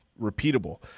repeatable